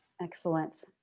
Excellent